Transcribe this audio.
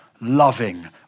loving